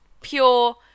pure